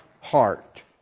heart